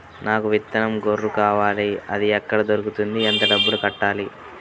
నాకు విత్తనం గొర్రు కావాలి? అది ఎక్కడ దొరుకుతుంది? ఎంత డబ్బులు కట్టాలి?